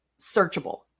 searchable